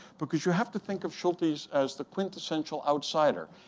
because you have to think of schultes as the quintessential outsider.